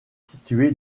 situé